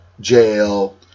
jail